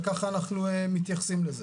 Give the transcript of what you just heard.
וכך אנחנו מתייחסים לזה.